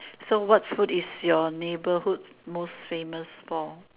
so what food is your neighbourhood most famous for